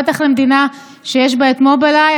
בטח למדינה שיש בה את מובילאיי.